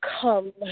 come